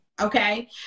okay